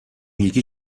یکی